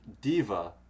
diva